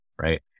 Right